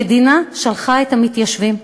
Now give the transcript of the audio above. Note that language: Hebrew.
המדינה שלחה את המתיישבים,